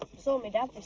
saw me dad this